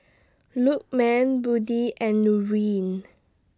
Lukman Budi and Nurin